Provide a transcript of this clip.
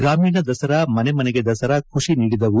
ಗ್ರಾಮೀಣ ದಸರಾಮನೆ ಮನೆಗೆ ದಸರಾ ಖುಷಿ ನೀಡಿದವು